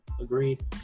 Agreed